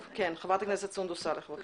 חברת הכנסת סונדוס סאלח, בבקשה.